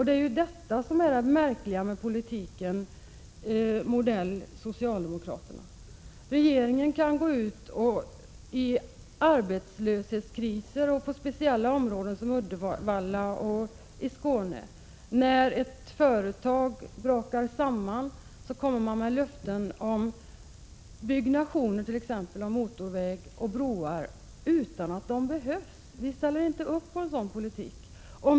Det är ju detta som är det märkliga med politiken av socialdemokratisk modell. Regeringen kan gå ut i arbetslöshetskriser och på speciella orter som Uddevalla eller i Skåne då ett företag går omkull och ge löften om att bygga t.ex. motorvägar och broar utan att de behövs. Vi ställer inte upp bakom en sådan politik.